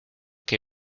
que